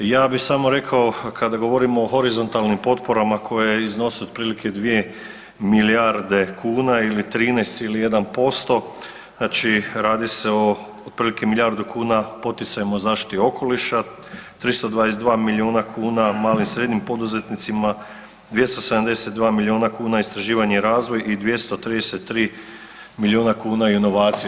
Ja bi samo rekao kada govorimo o horizontalnim potporama koje iznose otprilike 2 milijarde kn ili 13,1%, znači radi se otprilike o milijardu kn poticaja zaštiti okoliša, 322 milijuna kn malim i srednjim poduzetnicima, 272 milijuna kuna istraživanje i razvoj i 233 milijuna kuna inovacije.